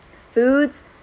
foods